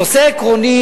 נושא עקרוני